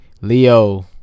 Leo